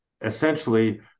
essentially